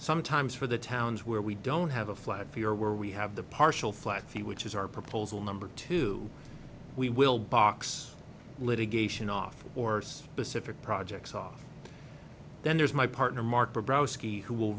sometimes for the towns where we don't have a flat fee or where we have the partial flat fee which is our proposal number two we will box litigation off or specific projects often then there's my partner